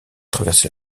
traversé